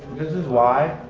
this is why.